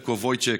Fedko Wojciech,